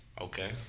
Okay